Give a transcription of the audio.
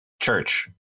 church